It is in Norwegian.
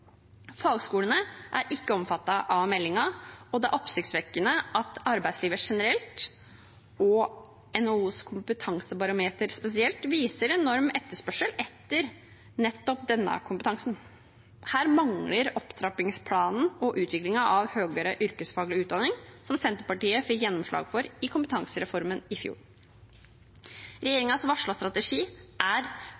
Fagskolene er ikke omfattet av meldingen, og det er oppsiktsvekkende at arbeidslivet generelt og NHOs kompetansebarometer spesielt viser enorm etterspørsel etter nettopp denne kompetansen. Her mangler opptrappingsplanen og utviklingen av høyere yrkesfaglig utdanning som Senterpartiet fikk gjennomslag for i kompetansereformen i fjor.